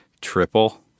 triple